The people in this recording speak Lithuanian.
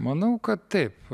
manau kad taip